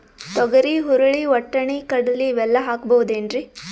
ತೊಗರಿ, ಹುರಳಿ, ವಟ್ಟಣಿ, ಕಡಲಿ ಇವೆಲ್ಲಾ ಹಾಕಬಹುದೇನ್ರಿ?